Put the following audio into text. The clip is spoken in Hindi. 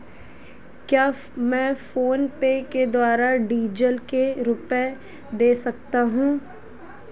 क्या मैं फोनपे के द्वारा डीज़ल के रुपए दे सकता हूं?